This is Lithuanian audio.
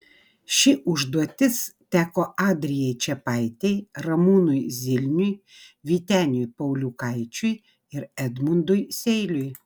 ši užduotis teko adrijai čepaitei ramūnui zilniui vyteniui pauliukaičiui ir edmundui seiliui